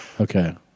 Okay